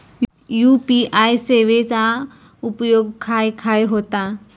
UPI सेवेचा उपयोग खाय खाय होता?